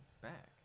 back